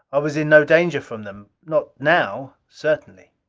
i was in no danger from them not now, certainly.